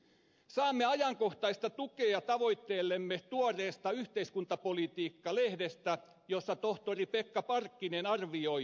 saamme ajankohtaista tukea tavoitteellemme tuoreesta yhteiskuntapolitiikka lehdestä jossa tohtori pekka parkkinen arvioi